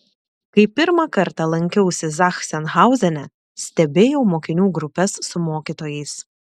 kai pirmą kartą lankiausi zachsenhauzene stebėjau mokinių grupes su mokytojais